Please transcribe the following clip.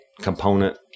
component